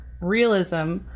realism